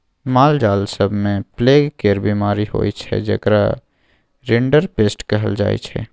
मालजाल सब मे प्लेग केर बीमारी होइ छै जेकरा रिंडरपेस्ट कहल जाइ छै